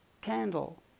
Candle